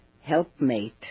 helpmate